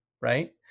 Right